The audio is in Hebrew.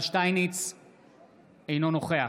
אינו נוכח